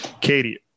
Katie